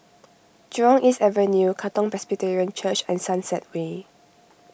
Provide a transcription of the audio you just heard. Jurong East Avenue Katong Presbyterian Church and Sunset Way